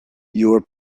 your